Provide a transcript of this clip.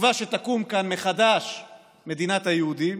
בתקווה שתקום כאן מחדש מדינת היהודים.